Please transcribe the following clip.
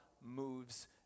moves